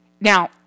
Now